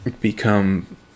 become